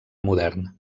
modern